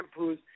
shampoos